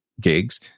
gigs